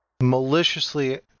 maliciously